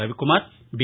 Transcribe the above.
Ravikumar B